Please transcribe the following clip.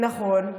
נכון.